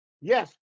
yes